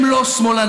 הם לא שמאלנים.